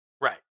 right